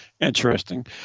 interesting